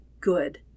good